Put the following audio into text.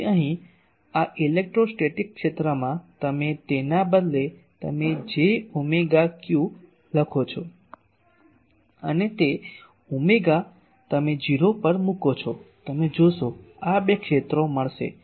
તેથી અહીં આ ઇલેક્ટ્રોસ્ટેટિક ક્ષેત્રમાં તમે તેના બદલે તમે j ઓમેગા q લખો છો અને તે ઓમેગા તમે 0 પર મૂકો છો તમે જોશો આ બે ક્ષેત્રો મળશે